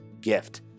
gift